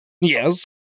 Yes